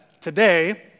today